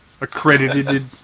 Accredited